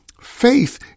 Faith